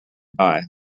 buy